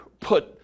put